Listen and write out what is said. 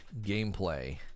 gameplay